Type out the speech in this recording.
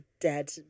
dead